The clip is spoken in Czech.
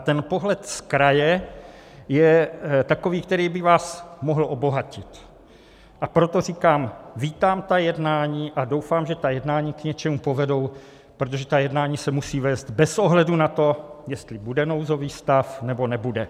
Ten pohled z kraje je takový, který by vás mohl obohatit, a proto říkám, že vítám ta jednání a doufám, že ta jednání k něčemu povedou, protože ta jednání se musí vést bez ohledu na to, jestli bude nouzový stav, nebo nebude.